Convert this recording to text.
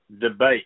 debate